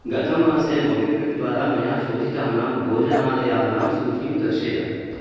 गतमासे मोब्क्विक्द्वारा मया शोधितानां भोजनालयानां सूचिं दर्शय